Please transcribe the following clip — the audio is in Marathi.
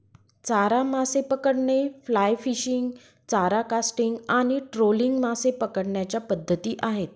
चारा मासे पकडणे, फ्लाय फिशिंग, चारा कास्टिंग आणि ट्रोलिंग मासे पकडण्याच्या पद्धती आहेत